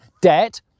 debt